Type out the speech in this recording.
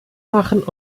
machen